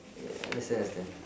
understand understand